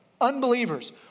unbelievers